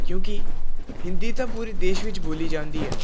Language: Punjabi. ਕਿਉਂਕਿ ਹਿੰਦੀ ਤਾਂ ਪੂਰੇ ਦੇਸ਼ ਵਿੱਚ ਬੋਲੀ ਜਾਂਦੀ ਹੈ